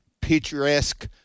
picturesque